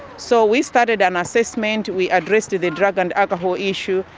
so we started an assessment, we addressed the the drug and alcohol issue,